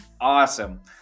awesome